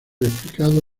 explicado